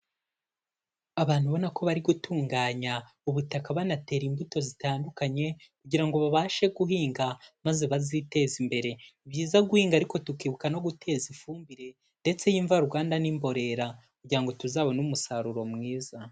Abantu ubona ko bari gutunganya ubutaka banatera imbuto zitandukanye kugira ngo babashe guhinga maze baziteze imbere, ni byiza guhinga ariko tukibuka no guteza ifumbire ndetse y'imvaruganda n'imborera kugira ngo tuzabone umusaruro mwiza.